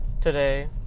today